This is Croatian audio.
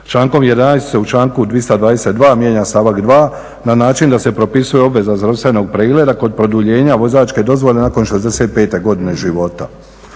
Člankom 11. se u članku 222. mijenja stavak 2. na način da se propisuje obveza zdravstvenog pregleda kod produljenja vozačke dozvole nakon 65. godine života.